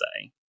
say